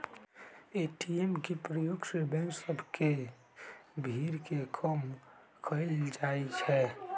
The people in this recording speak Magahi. ए.टी.एम के प्रयोग से बैंक सभ में भीड़ के कम कएल जाइ छै